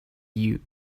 you